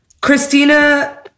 Christina